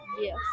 Yes